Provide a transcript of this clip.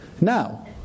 Now